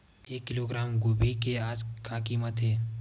एक किलोग्राम गोभी के आज का कीमत हे?